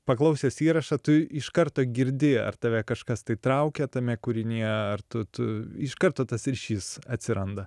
paklausęs įrašą tu iš karto girdi ar tave kažkas tai traukia tame kūrinyje ar tu tu iš karto tas ryšys atsiranda